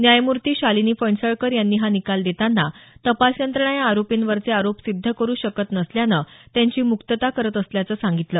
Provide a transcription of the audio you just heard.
न्यायमूर्ती शालिनी फणसळकर यांनी हा निकाल देताना तपास यंत्रणा या आरोपींवरचे आरोप सिद्ध करू शकल्या नसल्याने त्यांची मुक्तता करत असल्याचं सांगितलं